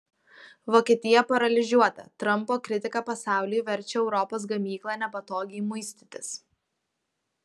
vokietija paralyžiuota trampo kritika pasauliui verčia europos gamyklą nepatogiai muistytis